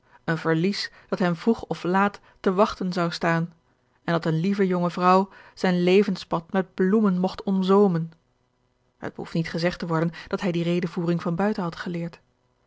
een verlies dat hem vroeg of laat te wachten zou staan en dat eene lieve jonge vrouw zijn levenspad met bloemen mogt omzoomen het behoeft niet gezegd te worden dat hij die redevoering van buiten had geleerd